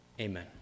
Amen